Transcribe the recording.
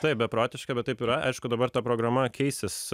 taip beprotiška bet taip yra aišku dabar ta programa keisis